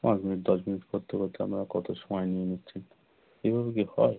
পাঁচ মিনিট দশ মিনিট করতে করতে আপনারা কত সময় নিয়ে নিচ্ছেন এভাবে কি হয়